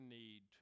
need